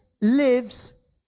lives